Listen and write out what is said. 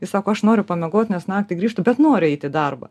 ir sako aš noriu pamiegot nes naktį grįžtu bet noriu eit į darbą